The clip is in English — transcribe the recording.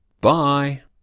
Bye